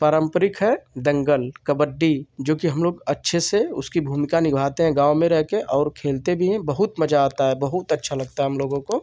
पारम्परिक है दंगल कबड्डी जोकि हम लोग अच्छे से उसकी भूमिका निभाते हैं गाँव में रहकर और खेलते भी हैं बहुत मज़ा आता है बहुत अच्छा लगता है हम लोगों को